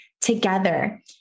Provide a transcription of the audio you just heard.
together